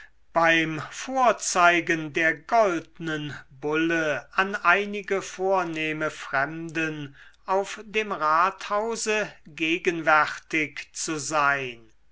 beim vorzeigen der goldnen bulle an einige vornehme fremden auf dem rathause gegenwärtig zu sein